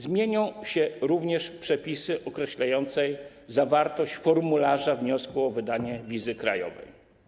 Zmienią się również przepisy określające zawartość formularza wniosku o wydanie wizy krajowej.